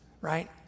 right